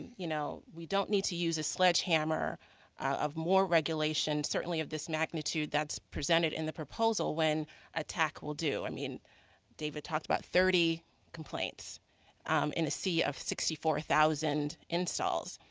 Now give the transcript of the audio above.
you know we don't need to use a sledgehammer of more regulation certainly of this magnitude presented in the proposal when a tack will do. i mean david talked about thirty complaints in a sea of sixty four thousand installs.